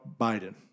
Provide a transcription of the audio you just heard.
Biden